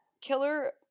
Killer